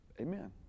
Amen